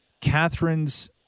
Catherine's